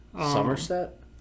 Somerset